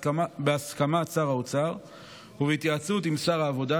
בהסכמת שר האוצר ובהתייעצות עם שר העבודה,